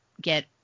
get